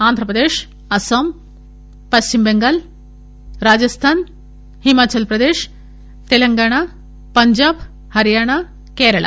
Andhra Pradesh Assam Paschim Bengal Rajasthan Himachal Pradesh Telangana Punjab Haryana కెరళ